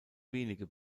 wenige